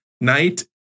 night